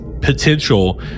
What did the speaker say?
potential